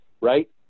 right